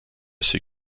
ces